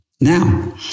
Now